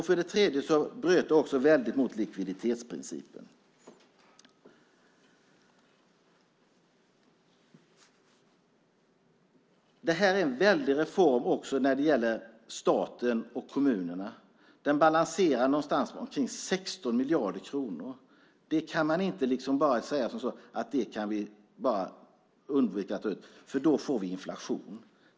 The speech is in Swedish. För det tredje bröt det också mot likviditetsprincipen. Detta är också en väldig reform för staten och kommunerna. Den balanserar någonstans omkring 16 miljarder kronor. Det kan man inte bara undvika att ta ut, eftersom vi då får inflation.